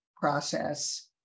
process